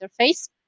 interface